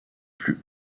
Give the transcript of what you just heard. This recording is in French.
plus